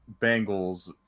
Bengals